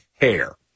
hair